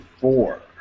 four